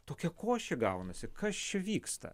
tokia košė gaunasi kas čia vyksta